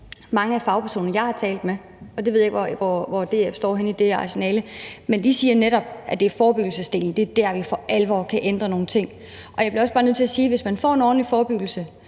Mange af de fagpersoner, jeg har talt med, og jeg ved ikke, hvor DF står henne i det rationale, siger netop, at det er på forebyggelsesdelen, vi for alvor kan ændre nogle ting. Og jeg bliver også bare nødt til at sige, at hvis man får en ordentlig forberedelse